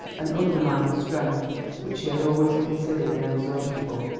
and undermined a strength which she had always considered inexhaustible.